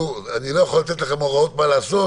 אני לא יכול לתת לכם הוראות מה לעשות,